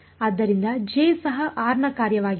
ಆದ್ದರಿಂದ ಜೆ ಸಹ ಆರ್ ನ ಕಾರ್ಯವಾಗಿದೆ